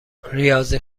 ریاضی